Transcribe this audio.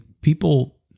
people